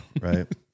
right